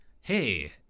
hey